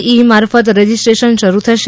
ઇ મારફત રજીસ્ટ્રેશન શરૂ થશે